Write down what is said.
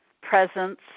presence